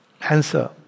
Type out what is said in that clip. answer